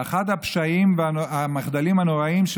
ואחד הפשעים והמחדלים הנוראיים של